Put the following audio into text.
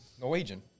Norwegian